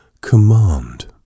command